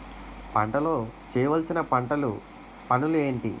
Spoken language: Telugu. పంటలో చేయవలసిన పంటలు పనులు ఏంటి?